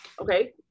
okay